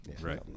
right